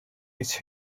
its